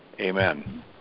amen